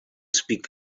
speak